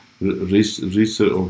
research